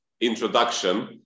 introduction